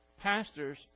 pastors